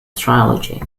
trilogy